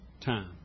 time